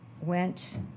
went